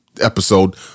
episode